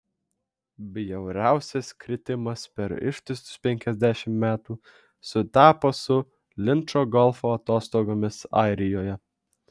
bjauriausias kritimas per ištisus penkiasdešimt metų sutapo su linčo golfo atostogomis airijoje